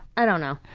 i don't know.